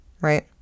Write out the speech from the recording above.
Right